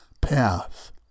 path